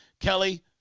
Kelly